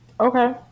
Okay